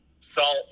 salt